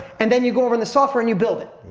and then you go over in the software and you build it.